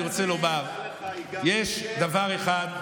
אני רוצה לומר: יש דבר אחד,